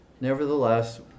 Nevertheless